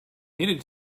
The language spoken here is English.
needed